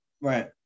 Right